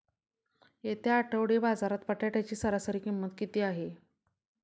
येत्या आठवडी बाजारात बटाट्याची सरासरी किंमत किती आहे?